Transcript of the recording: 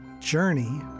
journey